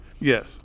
Yes